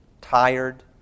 tired